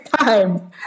time